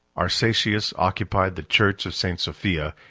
arsacius occupied the church of st. sophia,